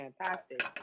fantastic